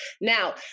Now